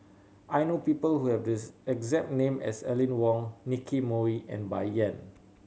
I know people who have the exact name as Aline Wong Nicky Moey and Bai Yan